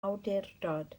awdurdod